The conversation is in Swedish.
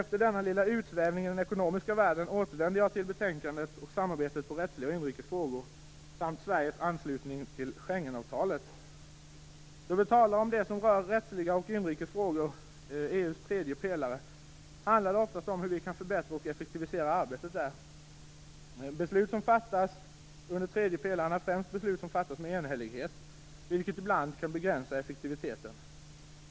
Efter denna lilla utsvävning i den ekonomiska världen återvänder jag till betänkandet, till samarbetet i rättsliga och inrikes frågor samt Sveriges anslutning till Schengenavtalet. Då vi talar om det som rör rättsliga och inrikes frågor, EU:s tredje pelare, handlar det oftast om hur vi kan förbättra och effektivisera arbetet där. Beslut som fattas under tredje pelaren är främst beslut som fattas med enhällighet, vilket ibland kan begränsa effektiviteten.